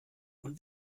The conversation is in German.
und